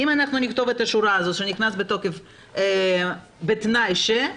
אם נכתוב את השורה הזאת שזה נכנס בתוקף 'בתנאי ש-',